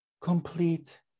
complete